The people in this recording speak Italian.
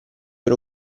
per